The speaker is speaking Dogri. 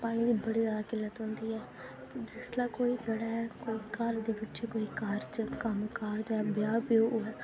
पानी दी बड़ी जैदा किल्लत रौंह्दी ऐ जिसलै कोई जेह्ड़ा घर दे बिच घर च कम्म काज ब्याह् ब्यऊ